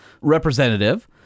representative